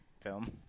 film